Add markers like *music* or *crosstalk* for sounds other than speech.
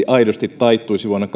*unintelligible* aidosti taittuisi vuonna *unintelligible*